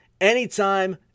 anytime